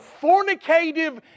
fornicative